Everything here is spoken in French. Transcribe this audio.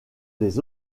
des